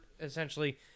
essentially